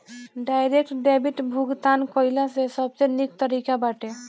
direct debit भुगतान कइला से सबसे निक तरीका बाटे